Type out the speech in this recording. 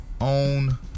own